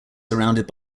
surrounded